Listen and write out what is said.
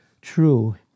true